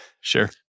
Sure